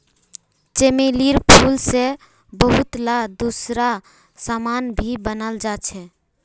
चमेलीर फूल से बहुतला दूसरा समान भी बनाल जा छे